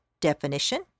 definition